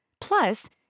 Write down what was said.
Plus